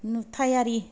नुथायारि